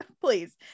please